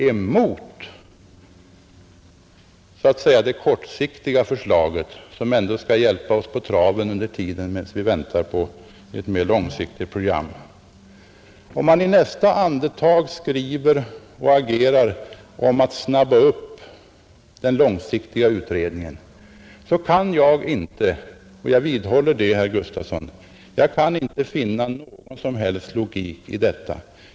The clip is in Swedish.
Om man dessutom i nästa andetag skriver och agerar på ett sätt som framhåller önskvärdheten av att den långsiktiga utredningen snabbas upp, kan jag inte — jag vidhåller det, herr Gustafson — finna någon som helst logik i detta.